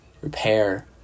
repair